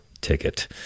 ticket